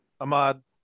Ahmad